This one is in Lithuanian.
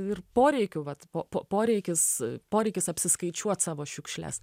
ir poreikių vat po poreikis poreikis apsiskaičiuoti savo šiukšles